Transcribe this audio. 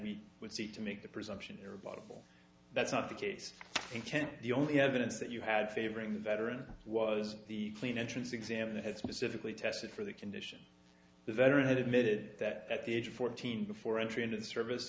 we would seek to make the presumption or bottle that's not the case intent the only evidence that you had favoring the veteran was the clean entrance exam that had specifically tested for the condition the veteran had admitted that at the age of fourteen before entry into service